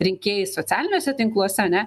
rinkėjais socialiniuose tinkluose ane